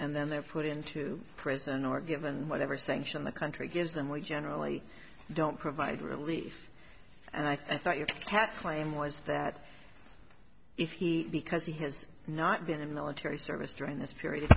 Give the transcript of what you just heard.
and then they're put into prison or given whatever sanction the country gives them we generally don't provide relief and i thought your tax plan was that if he because he has not been in military service during this period